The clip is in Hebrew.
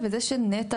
וזה שנת"ע,